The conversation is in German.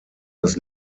das